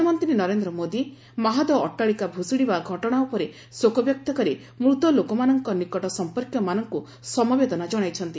ପ୍ରଧାନମନ୍ତ୍ରୀ ନରେନ୍ଦ୍ର ମୋଦୀ ମାହାଦ ଅଟ୍ଟାଳିକା ଭୁଶୁଡ଼ିବା ଘଟଣା ଉପରେ ଶୋକ ବ୍ୟକ୍ତ କରି ମୃତଲୋକମାନଙ୍କ ନିକଟ ସଂପର୍କୀୟମାନଙ୍କୁ ସମବେଦନା ଜଣାଇଛନ୍ତି